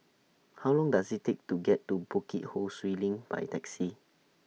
How Long Does IT Take to get to Bukit Ho Swee LINK By Taxi